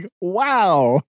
wow